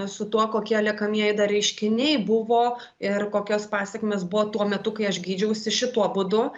su tuo kokie liekamieji dar reiškiniai buvo ir kokios pasekmės buvo tuo metu kai aš gydžiausi šituo būdu